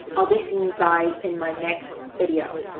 i'll be seeing you guys in my next video.